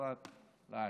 כמפורט לעיל.